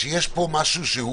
שצו הסגירה ההליך של צו הסגירה,